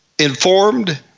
informed